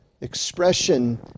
expression